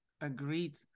Agreed